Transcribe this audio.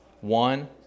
One